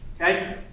Okay